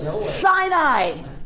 Sinai